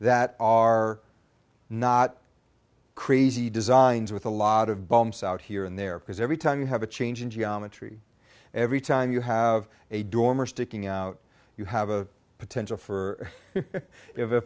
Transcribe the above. that are not crazy designs with a lot of bumps out here and there because every time you have a change in geometry every time you have a dormer sticking out you have a potential for